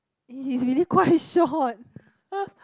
he is really quite short